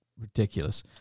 ridiculous